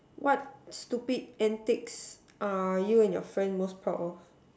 what stupid antics are you and your friends most proud of